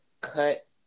cut